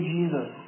Jesus